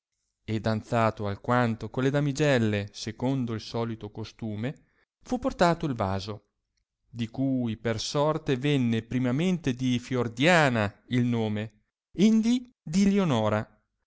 e danzato alquanto con le damigelle secondo il solito costume fu portato il vaso di cui per sorte venne primamente di fiordiana il nome indi di lionora